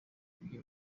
uyu